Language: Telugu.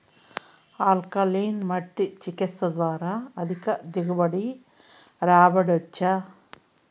ఆల్కలీన్ మట్టి చికిత్స ద్వారా అధిక దిగుబడి రాబట్టొచ్చా